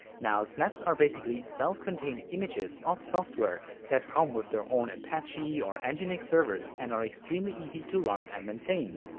now snaps are basically self-contained images of software that come with their own apache or nginx and you know servers and are extremely easy to run and maintain.